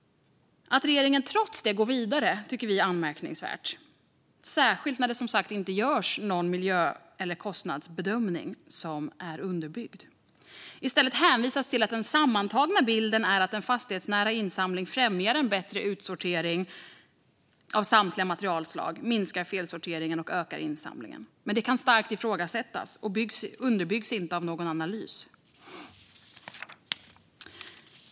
Att regeringen trots detta går vidare tycker vi är anmärkningsvärt, särskilt när det som sagt inte görs någon miljö eller kostnadsbedömning som är underbyggd. I stället hänvisas det till att den sammantagna bilden är att en fastighetsnära insamling främjar en bättre utsortering av samtliga materialslag, minskar felsorteringen och ökar insamlingen. Men detta kan starkt ifrågasättas, och det underbyggs inte av någon analys.